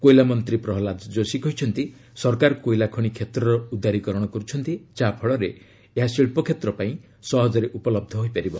କୋଇଲା ମନ୍ତ୍ରୀ ପ୍ରହଲାଦ ଯୋଶୀ କହିଛନ୍ତି ସରକାର କୋଇଲା ଖଣି କ୍ଷେତ୍ରର ଉଦାରିକରଣ କରୁଛନ୍ତି ଯାହାଫଳରେ ଏହା ଶିଳ୍ପ କ୍ଷେତ୍ର ପାଇଁ ସହଜରେ ଉପଲହ୍ଧ ହୋଇପାରିବ